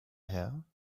her